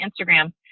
Instagram